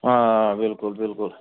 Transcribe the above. آ بِلکُل بِلکُل